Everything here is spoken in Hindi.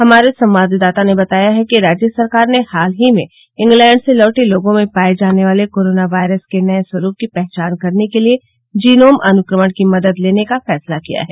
हमारे संवाददाता ने बताया है कि राज्य संरकार ने हाल ही में इंग्लैंड से लौटे लोगों में पाए जाने वाले कोरोना वायरस के नए स्वरूप की पहचान करने के लिए जीनोम अनुक्रमण की मदद लेने का फैसला किया है